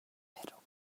pero